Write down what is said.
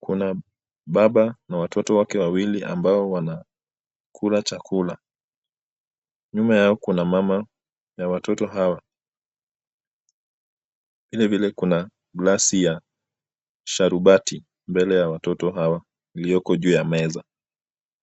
kuna baba na watoto wake wawili ambao wanakula chakula. Nyuma yao kuna mama ya watoto hawa, vilevile kuna glasi ya sharubati mbele ya watoto hawa iliyoko juu ya meza.